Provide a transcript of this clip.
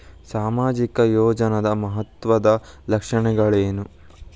ಸಾಮಾಜಿಕ ಯೋಜನಾದ ಮಹತ್ವದ್ದ ಲಕ್ಷಣಗಳೇನು?